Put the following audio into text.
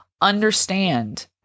understand